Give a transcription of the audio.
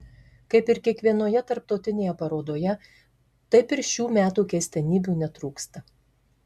kaip ir kiekvienoje tarptautinėje parodoje taip ir šių metų keistenybių netrūksta